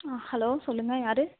ஆ hello சொல்லுங்க யார்